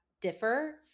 differ